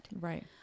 right